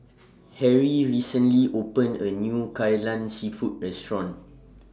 Harry recently opened A New Kai Lan Seafood Restaurant